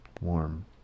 warm